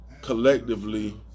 collectively